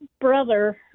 brother